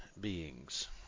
beings